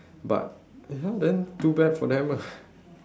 but ya then too bad for them ah